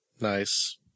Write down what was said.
Nice